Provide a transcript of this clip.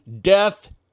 death